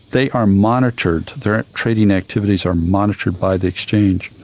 they are monitored, their trading activities are monitored by the exchange.